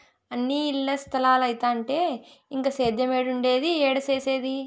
అన్నీ ఇల్ల స్తలాలైతంటే ఇంక సేద్యేమేడుండేది, ఏడ సేసేది